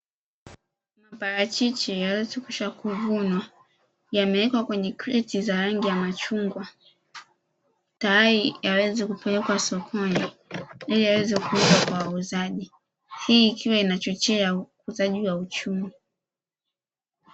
Parachichi lililokwisha kuvunwa yamewekwa kwenye kreti ya rangi ya machungwa tayari yaweze kupelekwa sokoni, ili yaweze kuuzwa kwa wauzaji hii ikiwa inachochea ukuzaji wa uchumi.